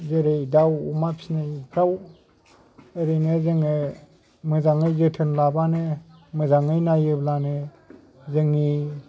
जेरै दाव अमा फिनायफ्राव ओरैनो जोङो मोजाङै जोथोन लाबानो मोजाङै नायोब्लानो जोंनि